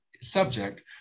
Subject